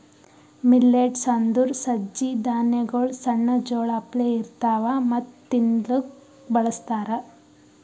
millets ಅಂದುರ್ ಸಜ್ಜಿ ಧಾನ್ಯಗೊಳ್ ಸಣ್ಣ ಜೋಳ ಅಪ್ಲೆ ಇರ್ತವಾ ಮತ್ತ ತಿನ್ಲೂಕ್ ಬಳಸ್ತಾರ್